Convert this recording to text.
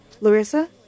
Larissa